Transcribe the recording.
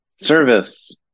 Service